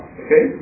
okay